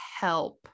help